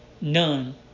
None